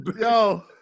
yo